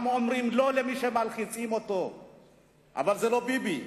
אומרים לא למי שמלחיץ, אבל לא ביבי.